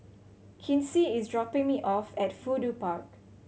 Kinsey is dropping me off at Fudu Park